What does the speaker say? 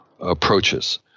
approaches